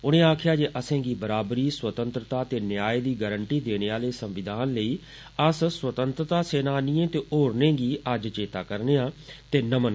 उनें आखेया जे असेंगी बराबरी स्वतंत्रता ते न्याय दी गारंटी देने आले संविधान लेई अस स्वतंत्रता सेनानीएं ते होरनें गी अज्ज चेत्ता करनेयां